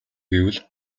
гэвэл